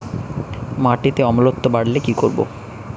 মাটিতে অম্লত্ব বাড়লে কি করব?